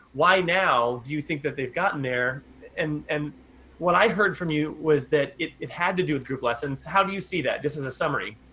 why now do you think that they've gotten there? and and what i heard from you was that it it had to do with group lessons. how do you see that? just as a summary.